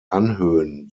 anhöhen